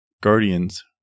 guardians